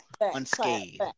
unscathed